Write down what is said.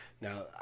Now